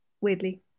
Weirdly